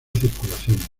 circulación